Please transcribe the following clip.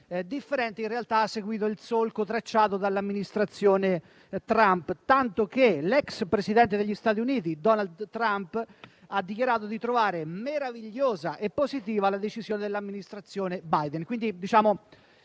differente, in realtà ha seguito il solco tracciato dall'Amministrazione Trump. Tanto che l'ex presidente degli Stati Uniti Donald Trump ha dichiarato di trovare meravigliosa e positiva la decisione dell'Amministrazione Biden.